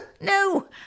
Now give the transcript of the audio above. No